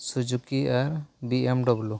Suzuki ᱟᱨ B M W